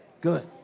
Good